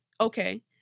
Okay